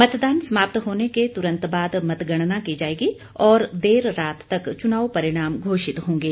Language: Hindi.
मतदान समाप्त होने के तुरंत बाद मतगणना की जाएगी और देर रात तक चुनाव परिणाम घोषित होंगे